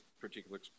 particular